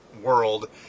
world